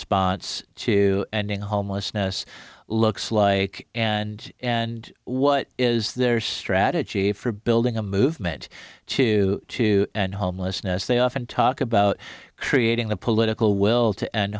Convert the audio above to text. to ending homelessness looks like and and what is their strategy for building a movement to to end homelessness they often talk about creating the political will to end